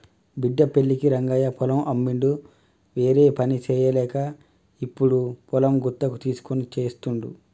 బిడ్డ పెళ్ళికి రంగయ్య పొలం అమ్మిండు వేరేపని చేయలేక ఇప్పుడు పొలం గుత్తకు తీస్కొని చేస్తుండు